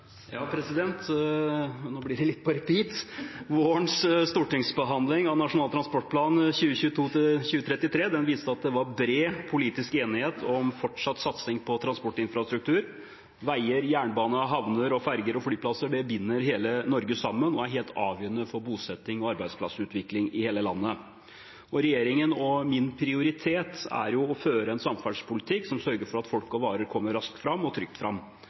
Nå blir det litt på repeat. Vårens stortingsbehandling av Nasjonal transportplan 2022–2033 viste at det var bred politisk enighet om fortsatt satsing på transportinfrastruktur. Veier, jernbane, havner, ferger og flyplasser binder hele Norge sammen og er helt avgjørende for bosetting og arbeidsplassutvikling i hele landet. Regjeringens – og min – prioritet er å føre en samferdselspolitikk som sørger for at folk og varer kommer raskt og trygt fram,